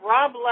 Rob